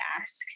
ask